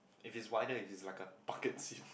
if it's wider it's like a bucket seat